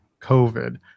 covid